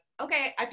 okay